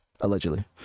allegedly